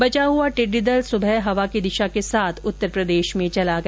बचा हुआ टिड्डी दल सुबह हवा की दिशा के साथ उत्तर प्रदेश में चला गया